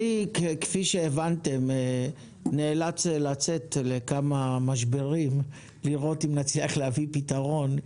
כפי שהבנתם אני נאלץ לצאת לכמה משברים לראות אם נצליח להביא פתרון.